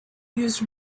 used